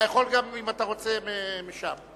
אם אתה רוצה, אתה יכול גם משם.